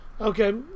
Okay